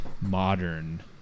modern